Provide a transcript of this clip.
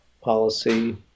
policy